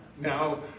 now